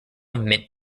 mint